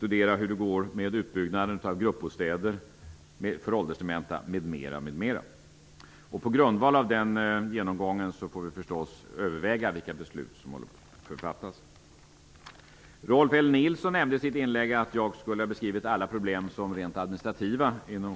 fungerar, hur det går med utbyggnaden av gruppbostäder för åldersdementa m.m. På grundval av den genomgången får vi förstås överväga vilka beslut som bör fattas. Rolf L Nilson nämnde i sitt inlägg att jag skulle ha beskrivit alla problem inom sjukvården som rent administrativa.